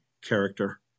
character